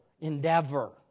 endeavor